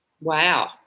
Wow